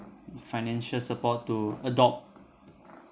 financial support to adopt